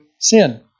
sin